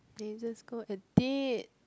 then just go edit